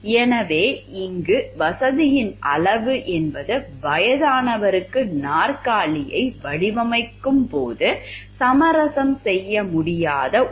எனவே இங்கு வசதியின் அளவு என்பது வயதானவருக்கு நாற்காலியை வடிவமைக்கும் போது சமரசம் செய்ய முடியாத ஒன்று